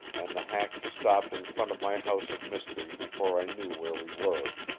and the hack stopped in front of my house of mystery before i knew where we were.